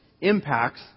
impacts